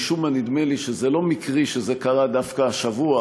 משום מה נדמה לי שזה לא מקרי שזה קרה דווקא השבוע,